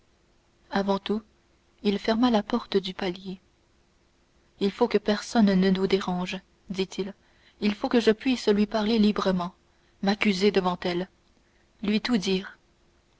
avant tout il ferma la porte du palier il faut que personne ne nous dérange dit-il il faut que je puisse lui parler librement m'accuser devant elle lui tout dire